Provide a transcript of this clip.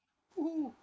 !woohoo!